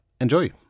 enjoy